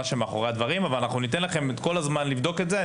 שמאחורי הדברים אבל אנחנו ניתן לכם את כל הזמן לבדוק את זה.